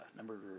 Number